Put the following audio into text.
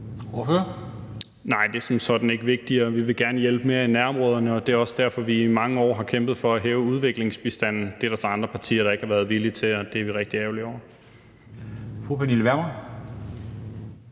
(SF): Nej, det er som sådan ikke vigtigere. Vi vil gerne hjælpe mere i nærområderne. Det er også derfor, vi i mange år har kæmpet for at hæve udviklingsbistanden. Det er der så andre partier der ikke har været villige til, og det er vi rigtig ærgerlige over. Kl. 17:16